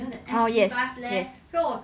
oh yes yes